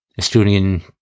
Estonian